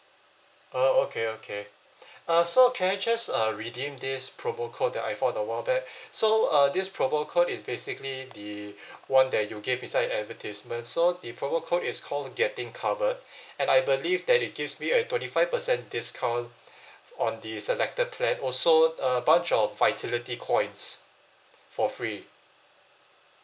uh okay okay uh so can I just uh redeem this promo code I found a while back so uh this promo code is basically the [one] that you gave inside advertisement so the promo code is called getting covered and I believe that it gives me a twenty five percent discount on the selected plan also a bunch of vitality coins for free